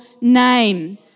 name